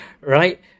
right